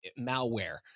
malware